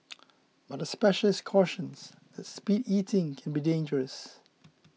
but a specialist cautions that speed eating can be dangerous